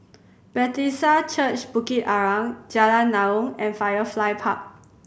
Bethesda Church Bukit Arang Jalan Naung and Firefly Park